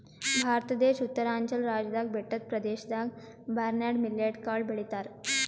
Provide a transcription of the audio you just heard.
ಭಾರತ ದೇಶ್ ಉತ್ತರಾಂಚಲ್ ರಾಜ್ಯದಾಗ್ ಬೆಟ್ಟದ್ ಪ್ರದೇಶದಾಗ್ ಬರ್ನ್ಯಾರ್ಡ್ ಮಿಲ್ಲೆಟ್ ಕಾಳ್ ಬೆಳಿತಾರ್